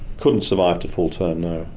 couldn't survive to full term no.